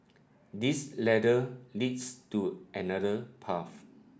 this ladder leads to another path